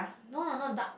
no lah not duck